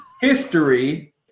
history